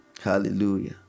Hallelujah